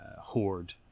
horde